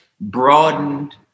broadened